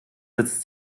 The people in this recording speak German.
sitzt